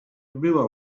była